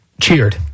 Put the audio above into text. Cheered